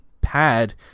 pad